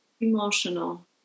emotional